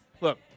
Look